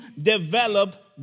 develop